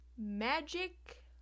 magic